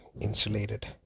insulated